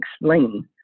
explain